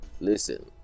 listen